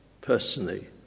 personally